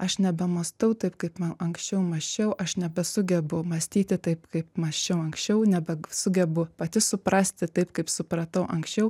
aš nebemąstau taip kaip anksčiau mąsčiau aš nebesugebu mąstyti taip kaip mąsčiau anksčiau nebesugebu pati suprasti taip kaip supratau anksčiau